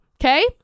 Okay